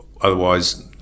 otherwise